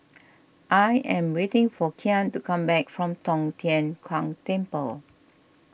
I am waiting for Kyan to come back from Tong Tien Kung Temple